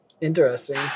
Interesting